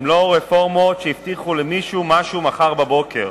הן לא רפורמות שהבטיחו למישהו משהו מחר בבוקר.